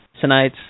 tonight